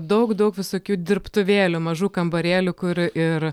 daug daug visokių dirbtuvėlių mažų kambarėlių kur ir